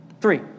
Three